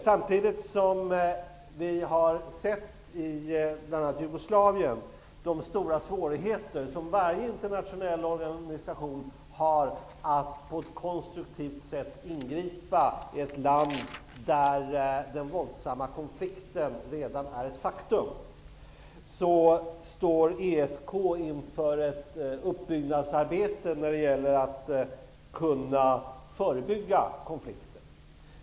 Samtidigt som vi har sett, bl.a. i Jugoslavien, de stora svårigheter som varje internationell organisation har att på ett konstruktivt sätt ingripa i ett land där den våldsamma konflikten redan är ett faktum, står ESK inför ett uppbyggnadsarbete när det gäller att kunna förebygga konflikter.